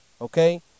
okay